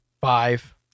five